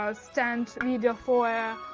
ah stand media for,